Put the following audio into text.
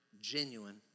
genuine